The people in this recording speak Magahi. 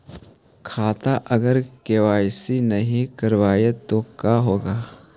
खाता अगर के.वाई.सी नही करबाए तो का होगा?